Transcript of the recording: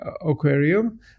aquarium